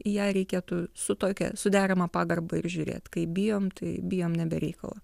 į ją reikėtų su tokia su derama pagarba ir žiūrėt kaip bijom tai bijom ne be reikalo